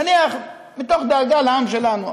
נניח, מתוך דאגה לעם שלנו.